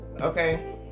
okay